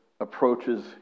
approaches